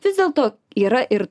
vis dėlto yra ir